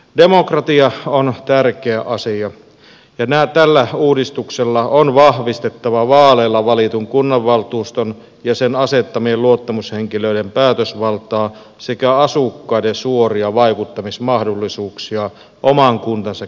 demokratia on tärkeä asia ja tällä uudistuksella on vahvistettava vaaleilla valitun kunnanvaltuuston ja sen asettamien luottamushenkilöiden päätösvaltaa sekä asukkaiden suoria vaikuttamismahdollisuuksia oman kuntansa kehittämiseen